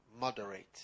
Moderate